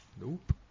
Nope